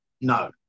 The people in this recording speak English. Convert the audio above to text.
No